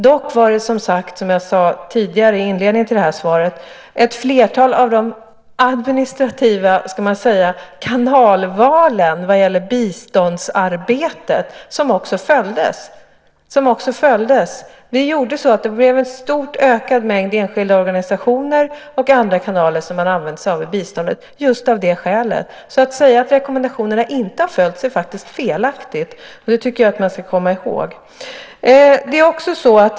Dock följdes också, som jag sade i inledningen till det här svaret, ett flertal av de administrativa kanalvalen vad gäller biståndsarbetet. Man använde sig av en kraftigt ökad mängd enskilda organisationer och andra kanaler för biståndet just av det skälet. Att säga att rekommendationerna inte har följts är faktiskt felaktigt. Det tycker jag att man ska komma ihåg.